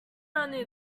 only